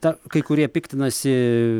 ta kai kurie piktinasi